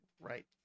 Right